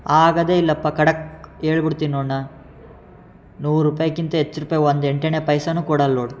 ಆಗೋದೆ ಇಲ್ಲಪ್ಪ ಖಡಕ್ ಹೇಳಿ ಬಿಡ್ತೀನಿ ನೋಡು ನಾನು ನೂರು ರೂಪಾಯಿಗಿಂತ ಹೆಚ್ಚು ರೂಪಾಯಿ ಒಂದು ಎಂಟಾಣಿ ಪೈಸೆಯೂ ಕೊಡಲ್ಲ ನೋಡಿ